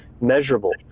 measurable